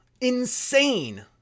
Insane